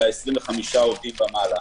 אלא מ-25 עובדים ומעלה.